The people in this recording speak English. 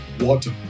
water